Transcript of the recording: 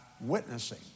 witnessing